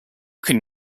can